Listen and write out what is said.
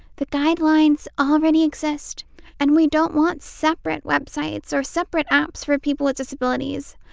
the guidelines already exist and we don't want separate websites or separate apps for people with disabilities.